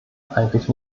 eigentlich